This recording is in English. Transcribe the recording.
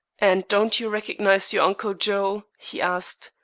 and don't you recognize your uncle joe? he asked,